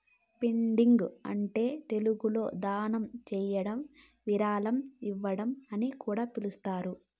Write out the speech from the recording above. funding అంటే తెలుగులో దానం చేయడం విరాళం ఇవ్వడం అని కూడా పిలుస్తారు